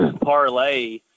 parlay